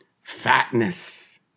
fatness